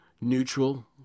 neutral